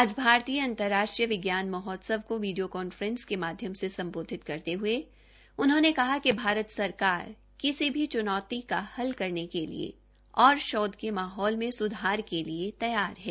आज भारतीय अंतर्राष्ट्रीय विज्ञान महोत्सव को वीडियो कांफ्रेस के माध्यम से सम्बोधित करते हये उन्होंने कहा कि भारत सरकार किसी भी चुनौती का हल निकालने के लिए और शोध के माहौल मे सुधार के लिए तैयार है